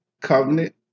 covenant